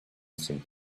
seemed